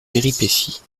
péripéties